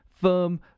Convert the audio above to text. firm